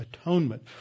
atonement